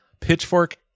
Pitchfork